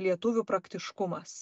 lietuvių praktiškumas